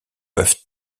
peuvent